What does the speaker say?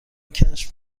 کشف